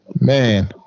Man